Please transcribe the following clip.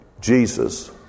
Jesus